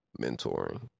mentoring